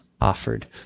offered